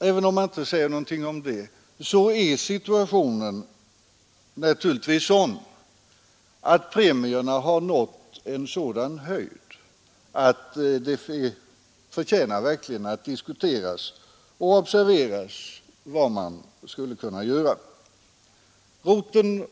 Premierna har emellertid nått en sådan höjd att det förtjänar att observeras och att man diskuterar vad man skall göra.